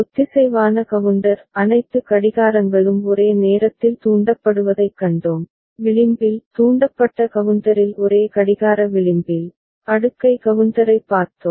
ஒத்திசைவான கவுண்டர் அனைத்து கடிகாரங்களும் ஒரே நேரத்தில் தூண்டப்படுவதைக் கண்டோம் விளிம்பில் தூண்டப்பட்ட கவுண்டரில் ஒரே கடிகார விளிம்பில் அடுக்கை கவுண்டரைப் பார்த்தோம்